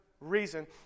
Reason